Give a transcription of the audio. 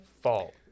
fault